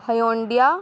ہیونڈیا